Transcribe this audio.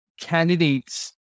candidates